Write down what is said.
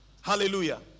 Hallelujah